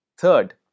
Third